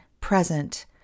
present